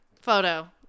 photo